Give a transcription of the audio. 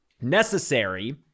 Necessary